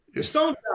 stone